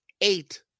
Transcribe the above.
eight